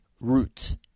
root